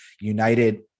United